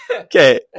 Okay